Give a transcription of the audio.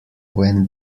when